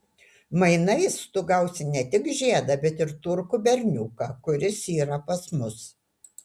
mainais tu gausi ne tik žiedą bet ir turkų berniuką kuris yra pas mus